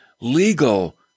legal